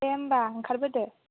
दे होनबा ओंखारबोदो